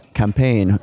campaign